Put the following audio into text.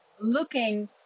looking